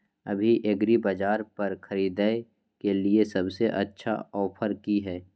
अभी एग्रीबाजार पर खरीदय के लिये सबसे अच्छा ऑफर की हय?